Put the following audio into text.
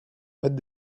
what